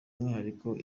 umwihariko